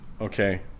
Okay